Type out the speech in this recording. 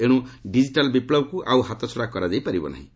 ଏଣୁ ଡିଜିଟାଲ୍ ବିପ୍ଳବକୁ ଆଉ ହାତଛଡ଼ା କରାଯାଇ ପାରିବ ନାହିଁ